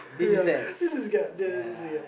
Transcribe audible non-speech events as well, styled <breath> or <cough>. <breath> ya this is get this again